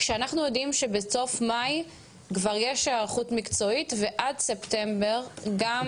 כשאנחנו יודעים שבסוף מאי כבר יש היערכות מקצועית ועד ספטמבר גם